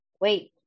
wait